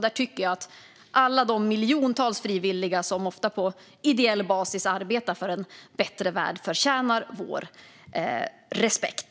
Jag tycker att alla de miljontals frivilliga som, ofta på ideell basis, arbetar för en bättre värld förtjänar vår respekt.